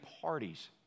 parties